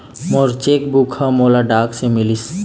मोर cheque book ह मोला डाक ले मिलिस